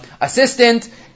assistant